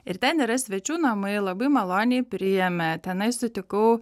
ir ten yra svečių namai labai maloniai priėmė tenai sutikau